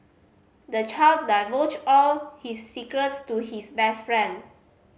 the child divulged all his secrets to his best friend